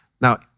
Now